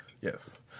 Yes